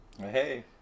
Hey